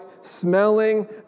smelling